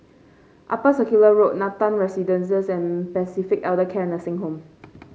Upper Circular Road Nathan Residences and Pacific Elder Care Nursing Home